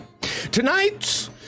Tonight